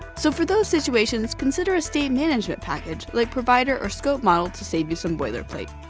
so for those situations, consider a state management package like provider or scope model to save you some boilerplate.